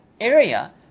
area